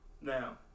Now